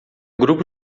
grupo